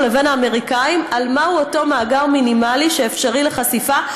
לבין האמריקנים על מהו אותו מאגר מינימלי שאפשרי לחשיפה,